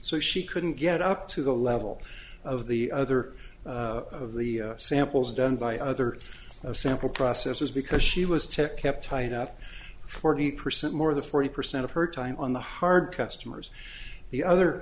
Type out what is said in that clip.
so she couldn't get up to the level of the other of the samples done by other sample processors because she was tech kept tight at forty percent more than forty percent of her time on the hard customers the other